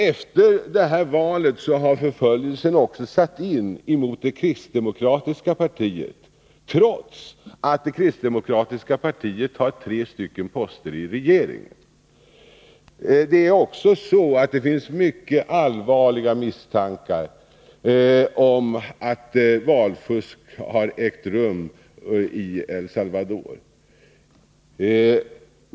Efter detta val har förföljelsen också satt in mot det kristdemokratiska partiet, trots att detta parti har tre poster i regeringen. Det finns också mycket allvarliga misstankar om att valfusk har ägt rum i El Salvador.